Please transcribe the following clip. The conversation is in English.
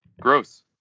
Gross